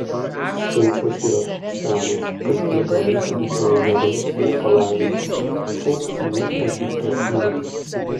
sfinksas yra toks senas kad ilgą laiką didžioji jo dalis buvo palaidota po auksiniu egipto smėliu